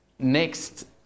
Next